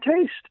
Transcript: taste